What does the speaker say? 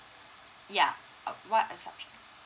ya uh what are the subject